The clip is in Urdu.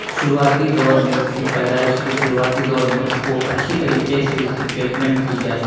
شروعاتی دور میں اس کی پیدائش کی شروعاتی دور میں اس کو اچھی طریقے سے اس کی ٹریٹمینٹ کی جائے